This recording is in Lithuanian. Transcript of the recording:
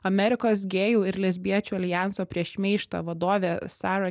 amerikos gėjų ir lesbiečių aljanso prieš šmeižtą vadovė sara